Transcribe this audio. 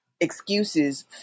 excuses